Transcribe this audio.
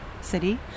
city